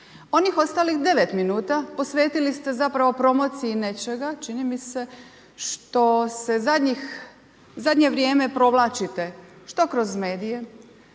Onih ostalih 9 minuta posvetili ste promociji nečega, čini mi se, što se zadnje vrijeme provlačite, što kroz medije,